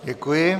Děkuji.